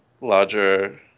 larger